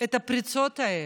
הפרצות האלה.